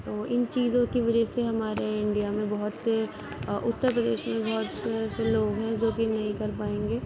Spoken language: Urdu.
تو ِان چیزوں کی وجہ سے ہمارے انڈیا میں بہت سے اُترپردیش میں بہت سے ایسے لوگ ہیں جو کہ نہیں کر پائیں گے